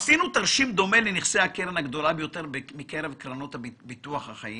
עשינו תרשים דומה לנכסי הקרן הגדולה ביותר מקרב קרנות ביטוח החיים